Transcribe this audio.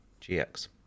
GX